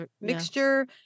Mixture